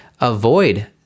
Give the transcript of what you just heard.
avoid